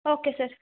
okay sir